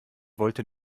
wollte